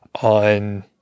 on